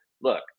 look